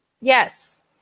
Yes